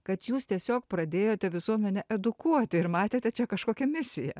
kad jūs tiesiog pradėjote visuomenę edukuoti ir matėte čia kažkokią misiją